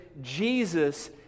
Jesus